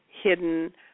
hidden